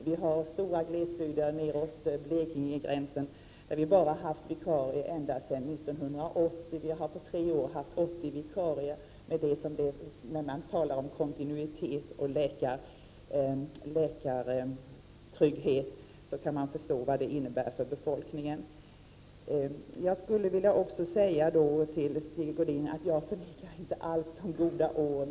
Det finns stora glesbygder neråt Blekingegränsen, där vi bara haft vikarier sedan 1980. På tre år har vi haft 80 vikarier. När det talas om kontinuitet och läkartrygghet, kan man förstå vad det innebär för befolkningen. Jag vill också säga till Sigge Godin att jag inte alls förnekar de goda åren.